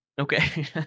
Okay